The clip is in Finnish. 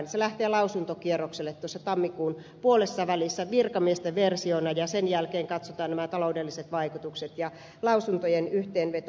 se lähtee lausuntokierrokselle tammikuun puolessavälissä virkamiesten versiona ja sen jälkeen katsotaan nämä taloudelliset vaikutukset ja lausuntojen yhteenveto